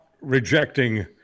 rejecting